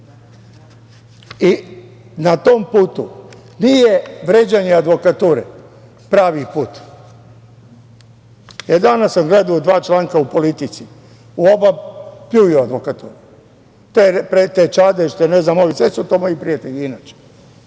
tom putu nije vređanje advokature pravi put. Danas sam gledao dva članka u politici. U oba pljuju advokaturu, te prete Čadežu, ne znam ovi, sve su to moji prijatelji inače.